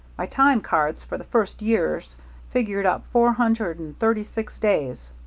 my time cards for the first years figured up four hundred and thirty-six days.